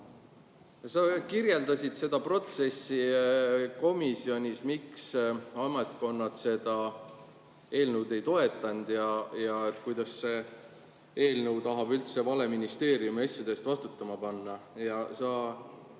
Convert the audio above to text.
Sa kirjeldasid seda protsessi[, mis toimus] komisjonis, miks ametkonnad seda eelnõu ei toetanud ja kuidas eelnõu tahab üldse vale ministeeriumi asjade eest vastutama panna. Ja sa